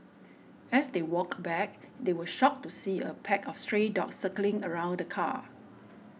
as they walked back they were shocked to see a pack of stray dogs circling around the car